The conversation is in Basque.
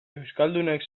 euskaldunek